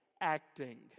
acting